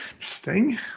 interesting